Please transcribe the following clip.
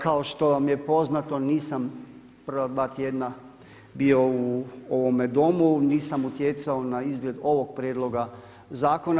Kao što vam je poznato nisam prva dva tjedna bio u ovome Domu, nisam utjecao na izgled ovog prijedloga zakona.